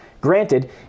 Granted